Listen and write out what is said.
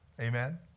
Amen